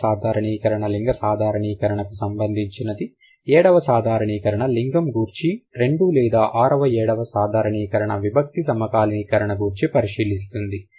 ఆరవ సాధారణీకరణ లింగ సాధారణీకరణ కి సంబంధించింది ఏడవ సాధారణీకరణ లింగం గూర్చి రెండు లేదా ఆరవ ఏడవ సాధారణీకరణ విభక్తి సమకాలీకరణ గూర్చి పరిశీలిస్తుంది